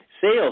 Sales